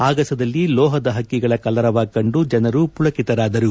ಆಗಸದಲ್ಲಿ ಲೋಹದ ಪಕ್ಕಿಗಳ ಕಲರವ ಕಂಡು ಜನರು ಮಳಕಿತರಾದರು